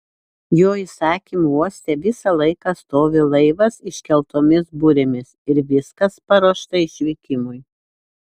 jo įsakymu uoste visą laiką stovi laivas iškeltomis burėmis ir viskas paruošta išvykimui